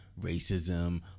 racism